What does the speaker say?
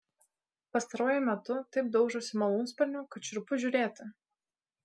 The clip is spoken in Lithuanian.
pastaruoju metu taip daužosi malūnsparniu kad šiurpu žiūrėti